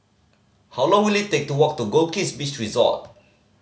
how long will it take to walk to Goldkist Beach Resort